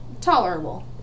tolerable